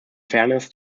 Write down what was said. fairness